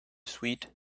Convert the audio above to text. sweet